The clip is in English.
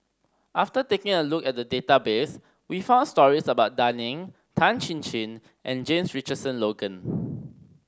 after taking a look at the database we found stories about Dan Ying Tan Chin Chin and James Richardson Logan